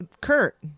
Kurt